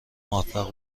موفق